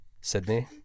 Sydney